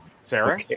Sarah